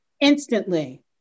Instantly